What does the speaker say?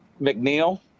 McNeil